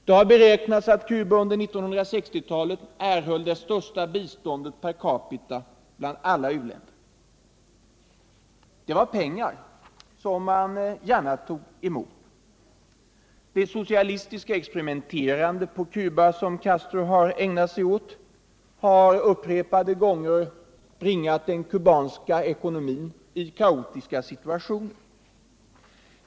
Det har beräknats att Cuba under 1960-talet erhöll det största biståndet per capita bland alla u-länder. Det var pengar som man gärna tog emot. Det socialistiska experimenterande på Cuba som Castro har ägnat sig åt har upprepade gånger bringat den kubanska ekonomin i kaotiska situationer.